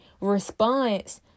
response